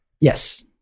Yes